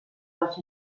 dels